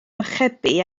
archebu